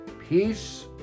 Peace